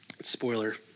Spoiler